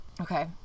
Okay